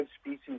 species